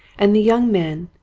and the young men,